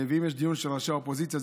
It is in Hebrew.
ואם יש דיון של ראשי האופוזיציה,